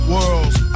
Worlds